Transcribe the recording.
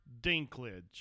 Dinklage